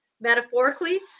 metaphorically